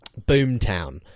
Boomtown